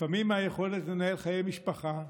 לפעמים מהיכולת לנהל חיי משפחה,